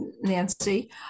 Nancy